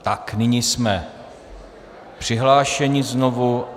Tak, nyní jsme přihlášeni znovu.